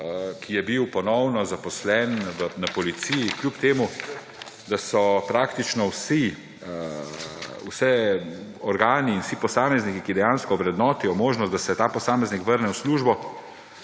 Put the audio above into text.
ki je bil ponovno zaposlen na policiji, kljub temu da so praktično vsi organi in vsi posamezniki, ki dejansko ovrednotijo možnost, da se ta posameznik vrne v službo,